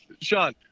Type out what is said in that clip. Sean